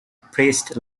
priest